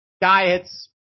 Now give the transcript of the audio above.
Diets